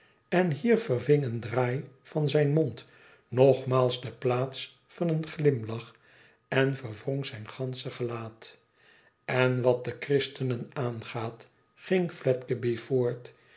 en hier verving een draai van zijn mond nogmaals de plaats van een glimlach en verwrong zijn gansche gelaat en wat de christenen aangaat ging fledgeby voort